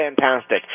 fantastic